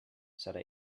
serà